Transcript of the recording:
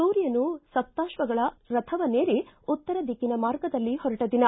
ಸೂರ್ಯನು ಸಪ್ತಾಕ್ಷಗಳ ರಥವನ್ನೇರಿ ಉತ್ತರ ದಿಕ್ಕಿನ ಮಾರ್ಗದಲ್ಲಿ ಹೊರಟ ದಿನ